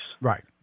Right